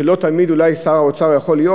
שלא תמיד אולי שר האוצר יכול להיות.